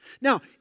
Now